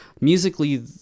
musically